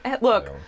Look